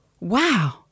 wow